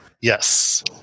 Yes